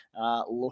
look